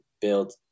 build